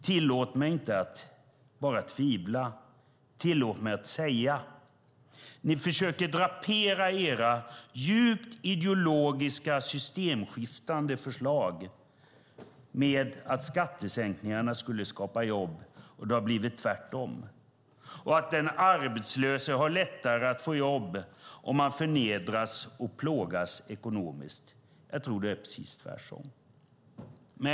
Tillåt mig inte bara att tvivla utan tillåt mig att säga att ni försöker drapera era djupt ideologiska systemskiftande förslag med att skattesänkningarna skapar jobb och att den arbetslösa har lättare att få jobb om hon eller han förnedras och plågas ekonomiskt. Jag tror att det är precis tvärtom.